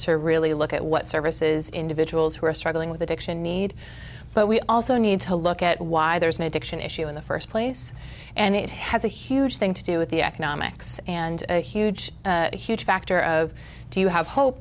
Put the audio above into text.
to really look at what services individuals who are struggling with addiction need but we also need to look at why there is an addiction issue in the first place and it has a huge thing to do with the economics and a huge huge factor of do you have hope